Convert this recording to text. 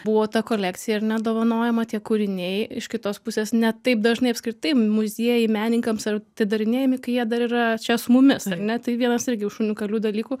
buvo ta kolekcija ar ne dovanojama tie kūriniai iš kitos pusės ne taip dažnai apskritai muziejai menininkams atidarinėjami kai jie dar yra čia su mumis ar ne tai vienas irgi iš unikalių dalykų